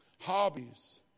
Hobbies